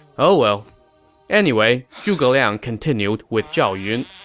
oh well anyway, zhuge liang continued with zhao yun,